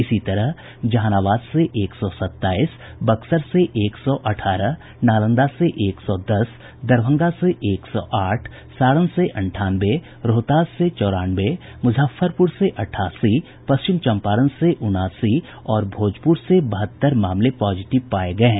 इसी तरह जहानाबाद से एक सौ सताईस बक्सर से एक सौ अठारह नालंदा से एक सौ दस दरभंगा से एक सौ आठ सारण से अंठानवे रोहतास से चौरानवे मुजफ्फरपुर से अठासी पश्चिम चंपारण से उनासी और भोजपुर से बहत्तर मामले पॉजिटिव पाये गये हैं